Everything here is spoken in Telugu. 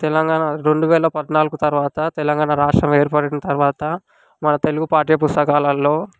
తెలంగాణ రెండువేల పద్నాలుగు తర్వాత తెలంగాణ రాష్ట్రం ఏర్పడిన తరువాత మా తెలుగు పాఠ్య పుస్తకాలల్లో